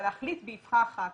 אבל להחליט באבחה אחת